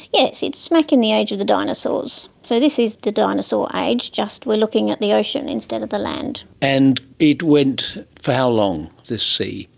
yes, it's smack in the age of the dinosaurs. so this is the dinosaur age, just we are looking at the ocean instead of the land. and it went for how long, this sea?